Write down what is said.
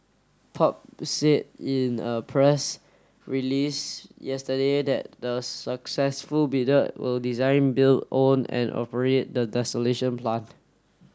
PUB said in a press release yesterday that the successful bidder will design build own and operate the plant